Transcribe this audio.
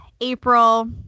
april